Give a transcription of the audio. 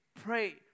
pray